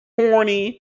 horny